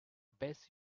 best